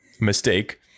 mistake